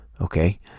Okay